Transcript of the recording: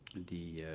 the